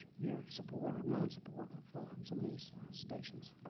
your support or non-support of some of these stations.